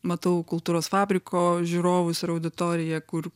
matau kultūros fabriko žiūrovus ir auditoriją kur